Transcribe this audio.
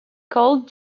called